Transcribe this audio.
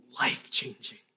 life-changing